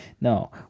No